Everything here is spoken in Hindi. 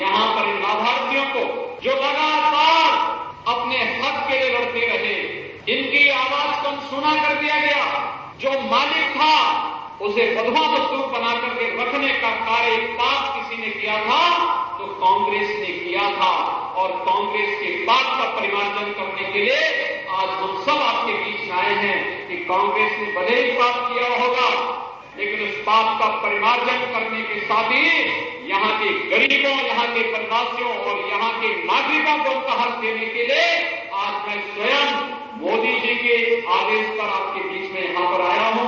यहां पर लाभार्थियों को जो लगातार अपने हक के लिए लड़ते रहे इनकी आवाज को अनसुना कर दिया गया जो मालिक था उसे बंधुआ मजदूर बना करके रखने का कार्य पाप किसी ने किया था तो कांग्रेस ने किया था और कांग्रेस के पाप का परिमार्जन करने के लिए आज हम सब आपके बीच में आये हैं कि कांग्रेस ने भले ही पाप किया होगा लेकिन पाप का परिमार्जन करने के साथ ही यहां के गरीबों यहां के परिसाथियों और यहां के नागरिकों को उनका हक देने के लिए आज मैं स्वयं मोदी जी के आदेश पर आपके बीच में यहां पर आया हूँ